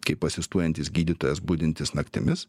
kaip asistuojantis gydytojas budintis naktimis